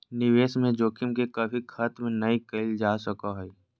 निवेश में जोखिम के कभी खत्म नय कइल जा सको हइ